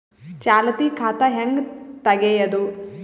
ಚಾಲತಿ ಖಾತಾ ಹೆಂಗ್ ತಗೆಯದು?